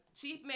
Chief